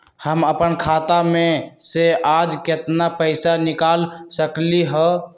हम अपन खाता में से आज केतना पैसा निकाल सकलि ह?